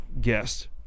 guest